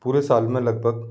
पूरे साल मे लगभग